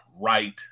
right